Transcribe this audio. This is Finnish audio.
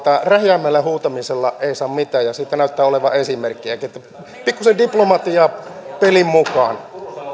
rähjäämällä ja huutamisella ei saa mitään ja siitä näyttää olevan esimerkkiäkin että pikkusen diplomatiaa peliin mukaan